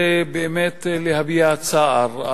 בעניין רפורמת המיסוי לעובדי שירות החוץ,